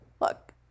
look